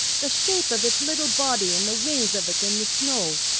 the shape of uts little body and the wings of ut in the snow.